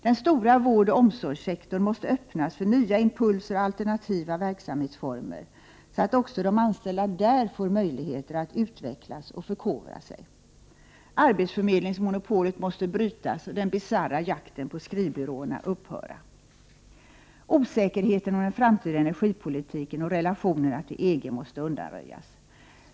De stora vårdoch omsorgssektorerna måste öppnas för nya impulser och alternativa verksamhetsformer, så att också de anställda där får möjligheter att utvecklas och förkovra sig. Arbetsförmedlingsmonopolet måste brytas och den bisarra jakten på skrivbyråerna upphöra. Osäkerheten om den framtida energipolitiken och relationerna till EG måste undanröjas.